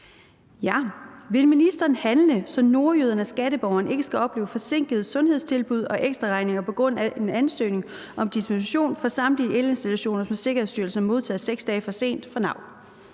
(V): Vil ministeren handle, så nordjyderne og skatteborgerne ikke skal opleve forsinkede sundhedstilbud og ekstraregninger på grund af en ansøgning om dispensation for samtlige elinstallationer, som Sikkerhedsstyrelsen har modtaget 6 dage for sent fra NAU?